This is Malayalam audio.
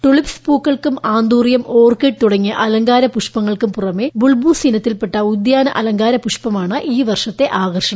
ടുലിപ്സ് പൂക്കൾക്കും ആന്തൂറിയം ഓർക്കിഡ് തുടങ്ങിയ അലങ്കാര്യ പുഷ്പങ്ങൾക്കും പുറമെ ബുൾബൂസ് ഇനത്തിൽപ്പെട്ട ഉദ്യാന അലങ്കാർ പുഷ്പമാണ് ഈ വർഷത്തെ ആകർഷണം